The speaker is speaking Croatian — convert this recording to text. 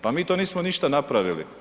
Pa mi to nismo ništa napravili.